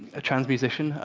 a trans musician,